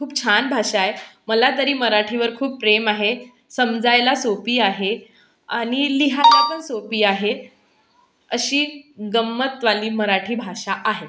खूप छान भाषा आहे मला तरी मराठीवर खूप प्रेम आहे समजायला सोपी आहे आणि लिहायला पण सोपी आहे अशी गंमतवाली मराठी भाषा आहे